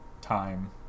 time